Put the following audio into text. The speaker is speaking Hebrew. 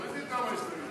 תורידי כמה הסתייגויות.